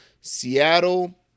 Seattle